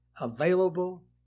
available